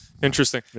Interesting